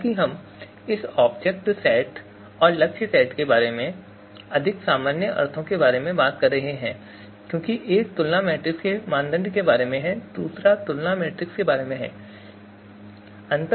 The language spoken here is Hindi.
हालाँकि हम इस ऑब्जेक्ट सेट और लक्ष्य सेट के बारे में अधिक सामान्य अर्थों में बात कर रहे हैं क्योंकि एक तुलना मैट्रिक्स मानदंड के बारे में है और दूसरा तुलना मैट्रिक्स विकल्प के बारे में है